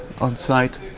on-site